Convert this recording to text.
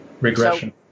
regression